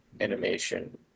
animation